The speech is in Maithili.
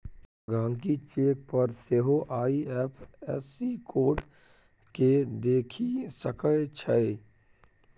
गहिंकी चेक पर सेहो आइ.एफ.एस.सी कोड केँ देखि सकै छै